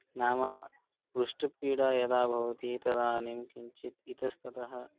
नाम पृष्ठपीडा यदा भवति तदानीं किञ्चित् इतस्ततः